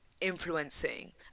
influencing